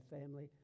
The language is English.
family